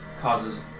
causes